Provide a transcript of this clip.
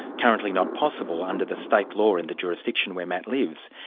currently not possible under the state law in the jurisdiction where matt lives.